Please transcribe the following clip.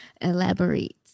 Elaborate